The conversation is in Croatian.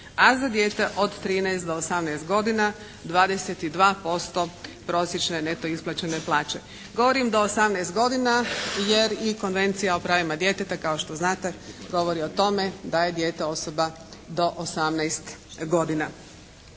A za dijete od 13 do 18 godina 22% prosječne neto isplaćene plaće. Govorim do 18 godina jer i Konvencija o pravima djeteta kao što znate govori o tome da je dijete osoba do 18 godina.